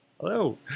Hello